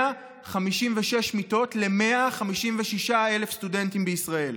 156,000 מיטות ל-156,000 סטודנטים בישראל.